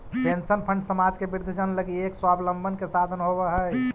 pension fund समाज के वृद्धजन लगी एक स्वाबलंबन के साधन होवऽ हई